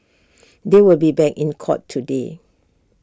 they will be back in court today